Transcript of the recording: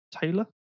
Taylor